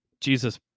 Jesus